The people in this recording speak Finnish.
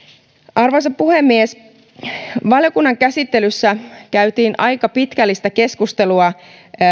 arvoisa puhemies valiokunnan käsittelyssä käytiin aika pitkällistä keskustelua